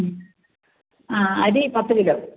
മ്മ് ആ അരി പത്ത് കിലോ